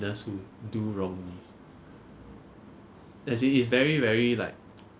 so that you keep coming ah and then you keep wanting to attend their classes but after awhile